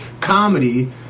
comedy